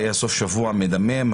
היה סוף שבוע מדמים.